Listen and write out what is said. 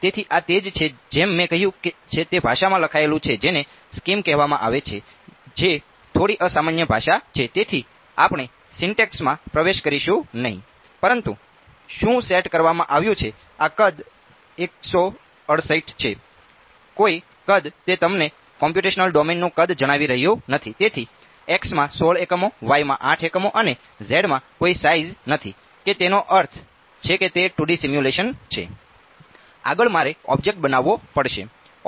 તેથી આ તે જ છે જેમ મેં કહ્યું છે તે ભાષામાં લખાયેલું છે જેને સ્કીમ નથી કે તેનો અર્થ છે કે તે 2 D સિમ્યુલેશન છે આગળ મારે ઓબ્જેક્ટ છે